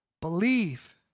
believe